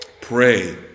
Pray